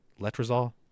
letrozole